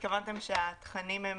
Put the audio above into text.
התכוונתם שהתכנים הם